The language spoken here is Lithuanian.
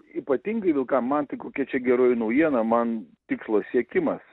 ypatingai vilkam man tai kokia čia geroji naujiena man tikslo siekimas